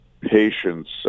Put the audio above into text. patients